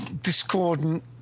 discordant